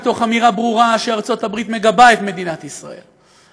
מתוך אמירה ברורה שארצות הברית מגבה את מדינת ישראל,